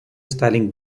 styling